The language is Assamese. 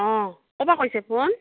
অ ক'ৰ পৰা কৰিছে ফোন